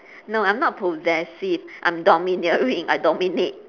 no I'm not possessive I'm domineering I dominate